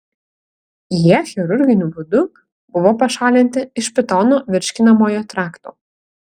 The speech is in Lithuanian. jie chirurginiu būdu buvo pašalinti iš pitono virškinamojo trakto